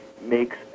makes